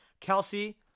Kelsey